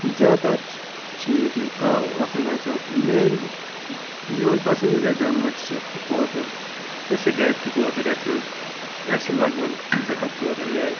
زیادٕ تَر چھِ ییٚتہِ کاو آسان نَژان مین میون پَسنٛدیٖدہ جانوَر چھِ کوتُر أسۍ چھِ گَرِ تہِ کوتَر رَچھان اَسہِ چھِ لگ بگ زٕ ہَتھ کوتَر گَرِ